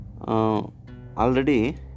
already